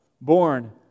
born